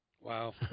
Wow